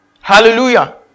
Hallelujah